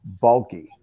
bulky